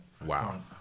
Wow